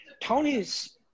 Tony's